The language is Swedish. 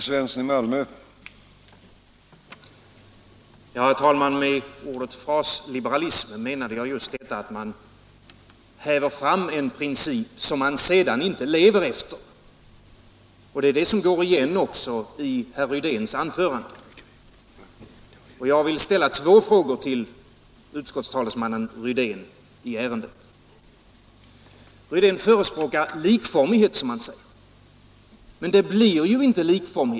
Herr talman! Med ordet frasliberalism menade jag just detta att man häver fram en princip som man sedan inte lever efter, och det är det som går igen i herr Rydéns anförande. Jag vill ställa två frågor till utskottstalesmannen Rydén i ärendet. Herr Rydén förespråkar likformighet, som han säger, men det blir ju ingen likformighet.